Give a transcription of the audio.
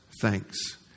thanks